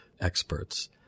experts